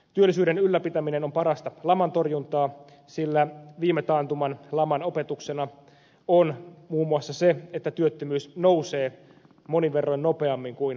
työllisyyden ylläpitäminen on parasta laman torjuntaa sillä viime taantuman laman opetuksena on muun muassa se että työttömyys nousee monin verroin nopeammin kuin laskee